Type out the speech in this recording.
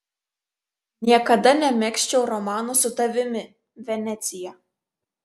niekada nemegzčiau romano su tavimi venecija